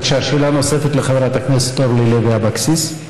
בבקשה, שאלה נוספת לחברת הכנסת אורלי לוי אבקסיס,